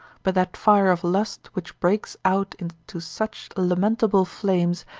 but that fire of lust which breaks out into such lamentable flames,